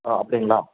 ஆ அப்படிங்களா